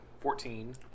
Fourteen